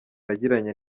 yagiranye